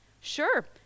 Sure